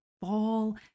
fall